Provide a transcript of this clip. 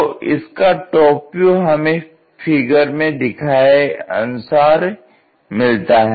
तो इसका top view हमें फिगर में दिखाया अनुसार मिलता है